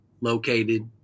located